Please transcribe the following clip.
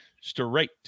straight